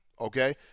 okay